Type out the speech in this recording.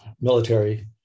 military